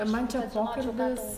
man čia pokalbis